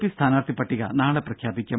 P സ്ഥാനാർത്ഥി പട്ടിക നാളെ പ്രഖ്യാപിക്കും